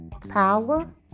power